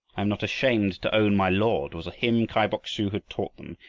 i'm not ashamed to own my lord, was a hymn kai bok-su had taught them,